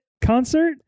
concert